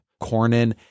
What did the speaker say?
Cornyn